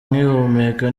ngihumeka